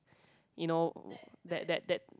you know that that that